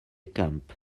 camp